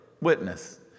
Witness